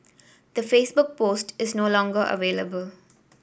the Facebook post is no longer available